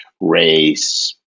race